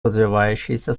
развивающиеся